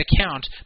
account